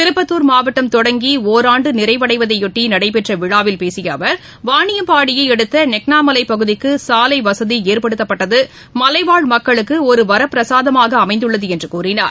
திருப்பத்தூர் மாவட்டம் தொடங்கி ஒராண்டுநிறைவடைவதையொட்டி நடைபெற்றவிழாவில் பேசியஅவர் வாணியம்பாடியைஅடுத்தநெக்னாம்மலைபகுதிக்குசாலைவசதிஏற்படுத்தப்பட்டதுமலைவாழ் மக்களுக்குஒருவரப்பிரசாதமாகஅமைந்துள்ளதுஎன்றுகூறினார்